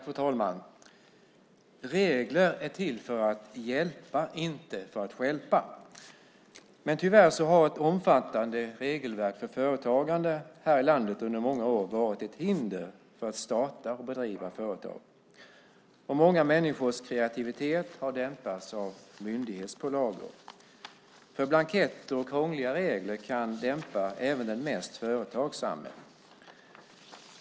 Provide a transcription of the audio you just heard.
Fru talman! Regler är till för att hjälpa och inte för att stjälpa. Tyvärr har ett omfattande regelverk för företagande här i landet under många år varit ett hinder för att starta och bedriva företag. Många människors kreativitet har dämpats av myndighetspålagor. Blanketter och krångliga regler kan dämpa även den mest företagsamme.